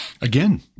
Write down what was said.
Again